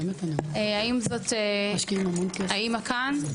האם האמא כאן?